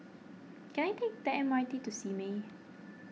can I take the M R T to Simei